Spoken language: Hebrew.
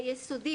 ביסודי,